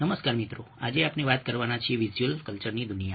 નમસ્કાર મિત્રો આજે આપણે વાત કરવાના છીએ વિઝ્યુઅલ કલ્ચરની દુનિયા